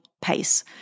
pace